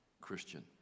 Christian